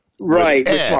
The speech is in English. Right